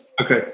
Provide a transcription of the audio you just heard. Okay